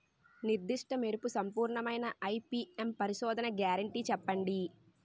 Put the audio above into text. నిర్దిష్ట మెరుపు సంపూర్ణమైన ఐ.పీ.ఎం పరిశోధన గ్యారంటీ చెప్పండి?